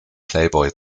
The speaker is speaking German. playboy